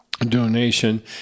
donation